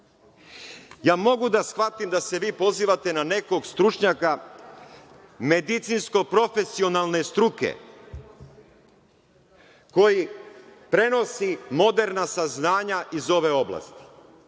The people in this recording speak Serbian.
mogu da shvatim da se vi pozivate na nekog stručnjaka medicinsko-profesionalne struke koji prenosi moderna saznanja iz ove oblasti,